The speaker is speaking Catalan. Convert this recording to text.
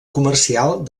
comercial